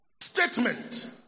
statement